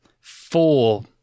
four